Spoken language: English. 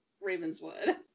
Ravenswood